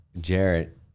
Jarrett